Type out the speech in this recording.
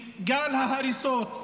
גל ההריסות,